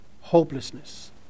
Hopelessness